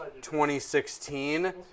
2016